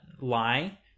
lie